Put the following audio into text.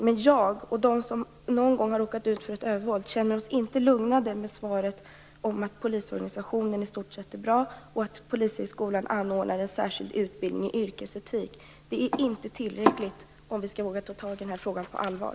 Men jag och de som någon gång har råkat ut för övervåld känner oss inte lugnade av svaret att polisorganisationen i stort sett är bra och att Polishögskolan anordnar en särskild utbildning i yrkesetik. Det är inte tillräckligt om vi skall våga ta tag i den här frågan på allvar.